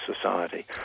society